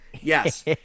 Yes